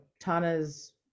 tana's